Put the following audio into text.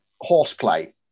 horseplay